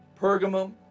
Pergamum